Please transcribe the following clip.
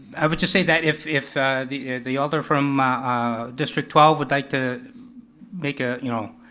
i would just say that if if the the alder from ah district twelve would like to make a, you know,